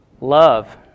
love